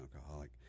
alcoholic